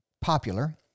popular